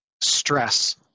stress